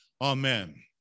Amen